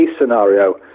scenario